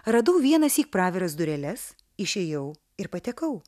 radau vienąsyk praviras dureles išėjau ir patekau